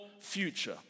future